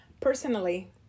Personally